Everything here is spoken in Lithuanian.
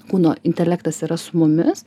kūno intelektas yra su mumis